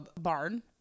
barn